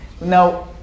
Now